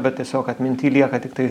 bet tiesiog atminty lieka tiktai